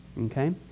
okay